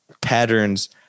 patterns